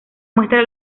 muestra